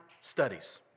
studies